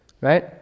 right